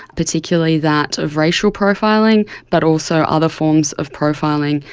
particularly that of racial profiling but also other forms of profiling.